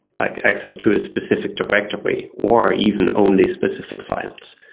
like access to a specific directory, or even only specific files.